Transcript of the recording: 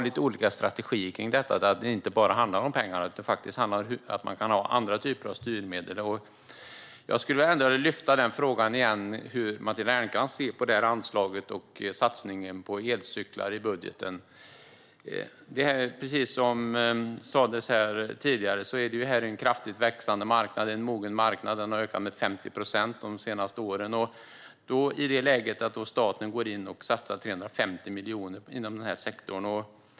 Det handlar inte bara om pengar. Man kan ha andra typer av styrmedel. Jag vill lyfta fram en fråga igen. Hur ser Matilda Ernkrans på anslaget till satsningen på elcyklar i budgeten? Det är, som sagts tidigare, en kraftigt växande och mogen marknad. Den har ökat med 50 procent de senaste åren. I det läget satsar staten 350 miljoner i den sektorn.